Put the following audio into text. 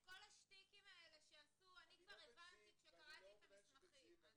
את כל השטיקים האלה שעשו אני כבר הבנתי כשקראתי את המסמכים.